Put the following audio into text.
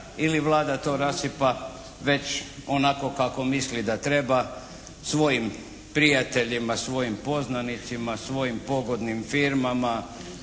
Ili Vlada to rasipa već onako kako misli da treba, svojim prijateljima, svojim poznanicima, svojim pogodnim firmama,